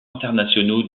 internationaux